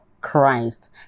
Christ